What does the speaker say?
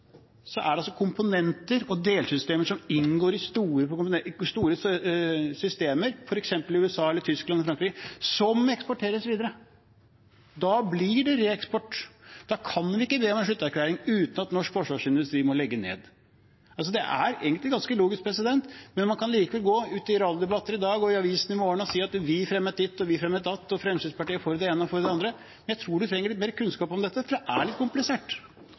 det komponenter og delsystemer som inngår i store systemer, f.eks. i USA, Tyskland eller Frankrike, som eksporteres videre. Da blir det reeksport. Da kan vi ikke be om en sluttbrukererklæring uten at norsk forsvarsindustri må legge ned. Det er egentlig ganske logisk, men man kan likevel gå ut i radiodebatter i dag og i avisene i morgen og si at vi fremmet ditt, og vi fremmet datt, og Fremskrittspartiet er for det ene og for det andre. Jeg tror man trenger litt mer kunnskap om dette – for det er komplisert. Det er for så vidt befriende å høre Fremskrittspartiet si at noe er komplisert.